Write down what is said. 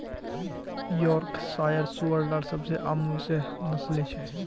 Yorkshire सूअर लार सबसे आम विषय नस्लें छ